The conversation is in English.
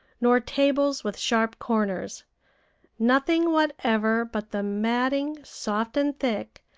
nor tables with sharp corners nothing whatever but the matting, soft and thick,